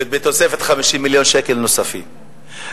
ובתוספת 50 מיליון שקל נוספים.